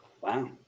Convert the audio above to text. Wow